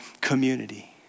community